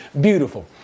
beautiful